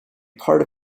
part